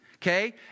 Okay